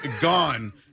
Gone